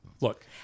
Look